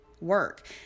work